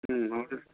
ಹ್ಞೂ ಹೌದು